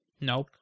Nope